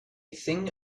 thing